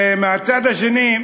ומהצד השני,